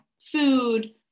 food